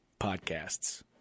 podcasts